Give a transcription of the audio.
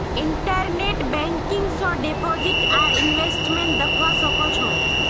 internet banking स deposit or investment दख्वा स ख छ